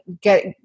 get